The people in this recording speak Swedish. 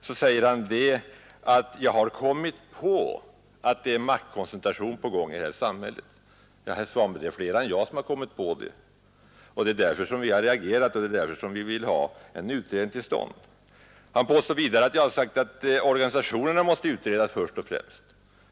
Han säger att jag har kommit på att det är maktkoncentration på gång i det här samhället. Ja, herr Svanberg, det är flera än jag som har kommit på det, och det är därför vi har reagerat och vill ha en utredning till stånd. Han påstår vidare att jag har sagt att organisationerna måste utredas först och främst.